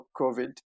COVID